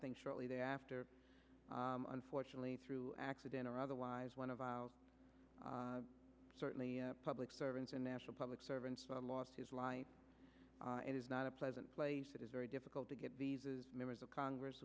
think shortly thereafter unfortunately through accident or otherwise one of our certainly public servants and national public servants lost his life it is not a pleasant place it is very difficult to get visas members of congress